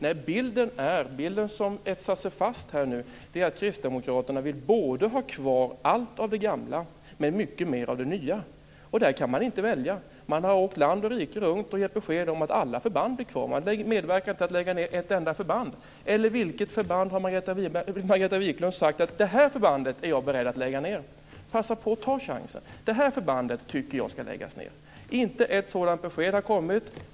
Den bild som etsar sig fast är att kristdemokraterna vill både ha kvar allt av det gamla och ha mycket mer av det nya. Där kan man inte välja. Kristdemokraterna har åkt land och rike runt och gett beskedet att alla förband ska vara kvar. Man vill inte medverka till att lägga ned ett enda förband. Eller vilket förband är Margareta Viklund beredd att lägga ned? Passa på att ta chansen och tala om vilket förband som Margareta Viklund tycker ska läggas ned! Det har inte kommit något sådant besked.